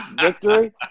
victory